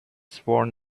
sworn